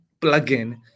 plugin